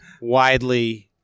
widely